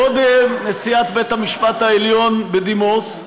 קודם, נשיאת בית המשפט העליון בדימוס,